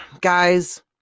Guys